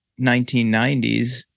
1990s